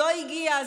לא הגיע,